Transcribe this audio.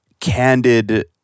candid